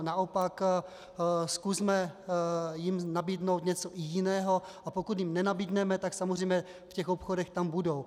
Naopak, zkusme jim nabídnout i něco jiného, a pokud jim nenabídneme, tak samozřejmě v těch obchodech budou.